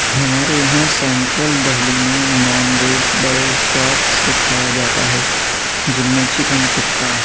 ہمارے یہاں سینٹرل دہلی میں نان ویج بڑے شوق سے کھایا جاتا ہے جن میں چکن ٹکاّ